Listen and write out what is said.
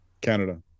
canada